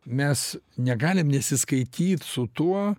mes negalim nesiskaityt su tuo